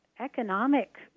economic